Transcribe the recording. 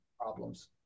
Problems